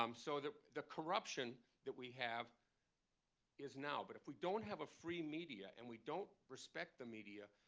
um so the the corruption that we have is now, but if we don't have a free media and we don't respect the media,